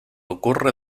ocurre